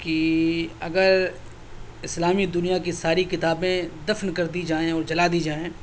کہ اگر اسلامی دنیا کی ساری کتابیں دفن کر دی جائیں اور جلا دی جائیں